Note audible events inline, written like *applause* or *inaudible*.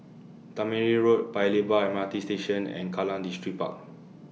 Tangmere Road Paya Lebar M R T Station and Kallang Distripark *noise*